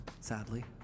sadly